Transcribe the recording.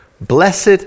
Blessed